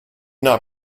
not